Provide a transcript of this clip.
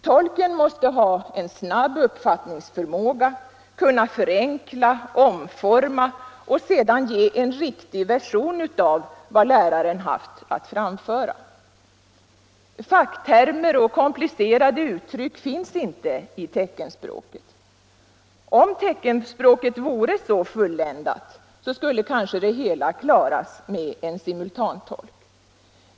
Tolken måste ha snabb uppfattningsförmåga, kunna förenkla och omforma, och sedan ge en riktig version av vad läraren har att framföra. Facktermer och komplicerade uttryck finns inte i teckenspråket. Om teckenspråket vore så fulländat, då skulle kanske det hela klaras med en simultantolk.